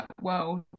world